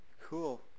Cool